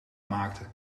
maakte